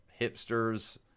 hipsters